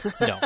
no